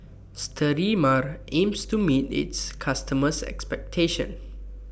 Sterimar aims to meet its customers' expectations